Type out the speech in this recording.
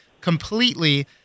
completely